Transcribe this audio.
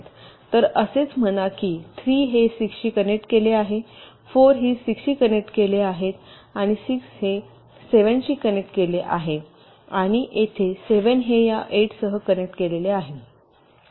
तर असेच म्हणा की 3 हे 6 शी कनेक्ट केले आहे 4 हे 6 शी कनेक्ट केले आहे आणि 6 हे 7 शी कनेक्ट केले आहे आणि येथे 7 हे या 8 सह कनेक्ट केले आहे